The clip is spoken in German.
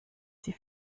die